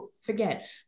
forget